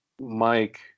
Mike